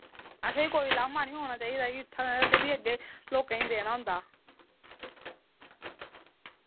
असें कोई लाह्मा नि औने चाहिदा कि इत्थां असैं बी अग्गे लोकें ई देना होंदा